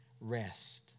rest